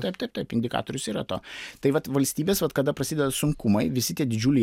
taip taip taip indikatorius yra to tai vat valstybės vat kada prasideda sunkumai visi tie didžiuliai